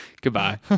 Goodbye